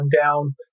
down